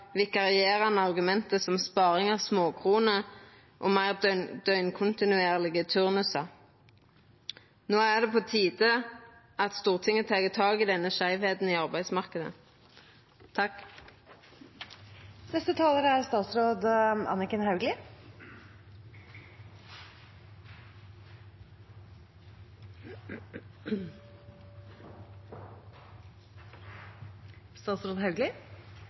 vikarierande argument som sparing av småkroner og meir døgnkontinuerlege turnusar. No er det på tide at Stortinget tek tak i denne skeivheita i arbeidsmarknaden. Arbeidsstyrken i Norge er